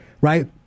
Right